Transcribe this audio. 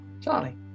Charlie